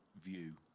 view